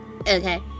Okay